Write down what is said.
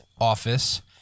office